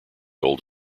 old